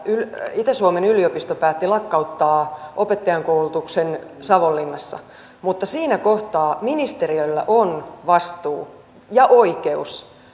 itä suomen yliopisto päätti lakkauttaa opettajankoulutuksen savonlinnassa mutta siinä kohtaa ministeriöllä on vastuu ja oikeus